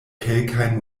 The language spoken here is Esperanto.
kelkajn